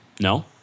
No